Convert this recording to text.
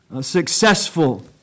successful